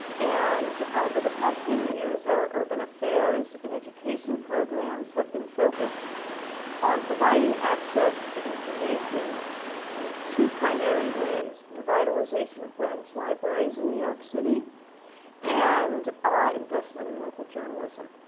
and, over the past ten years our urban affairs and education programs have been focused on providing access to information in two primary ways, revitalization of branch libraries in new york city and investment in local journalism.